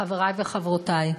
חברי וחברותי,